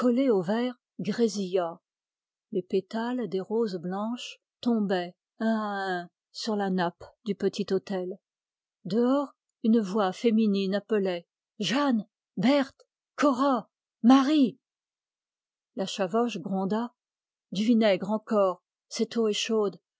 grésillât les pétales des roses blanches tombaient un à un sur la nappe du petit autel dehors une voix féminine appelait jeanne berthe cora marie la chavoche gronda du vinaigre encore cette eau est chaude